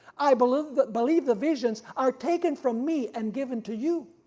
i believe but believe the visions are taken from me and given to you.